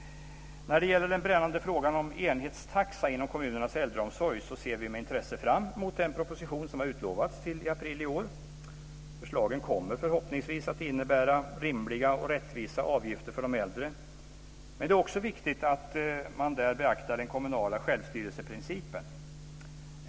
När det gäller den brännande frågan om enhetstaxa inom kommunernas äldreomsorg ser vi med intresse fram mot den proposition som har utlovats till april i år. Förslagen kommer förhoppningsvis att innebära rimliga och rättvisa avgifter för de äldre. Men det är också viktigt att man där beaktar den kommunala självstyrelseprincipen.